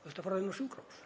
þurfti að fara á sjúkrahús.